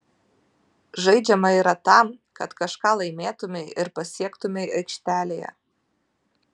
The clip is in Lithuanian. žaidžiama yra tam kad kažką laimėtumei ir pasiektumei aikštelėje